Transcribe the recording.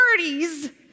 30s